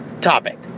topic